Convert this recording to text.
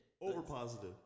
Over-positive